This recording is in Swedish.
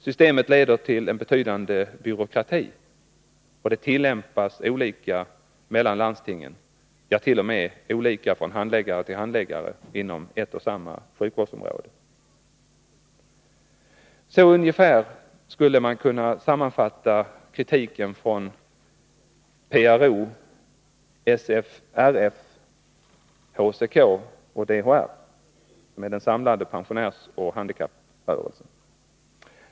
Systemet leder vidare till en betydande byråkrati, och det tillämpas olika mellan landstingen — ja, t.o.m. olika från handläggare till handläggare inom ett och samma sjukvårdsområde. Ungefär så skulle man kunna sammanfatta kritiken från PRO, SFRF, HCK och DHR, som är den samlade pensionärsoch handikapprörelsen.